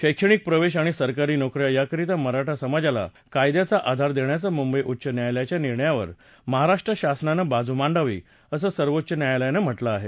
शैक्षणिक प्रवेश आणि सरकारी नोक या याकरीता मराठा समाजाला कायद्याचा आधार देण्याच्या मुंबई उच्च न्यायलयाच्या निर्णयावर महाराष्ट्र शासनानं बाजू मांडावी असं सर्वोच्च न्यायालयानं म्हटलं आहे